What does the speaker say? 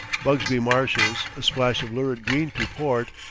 bugsby marshes a splash of lurid green to port,